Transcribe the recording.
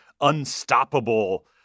unstoppable